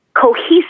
cohesive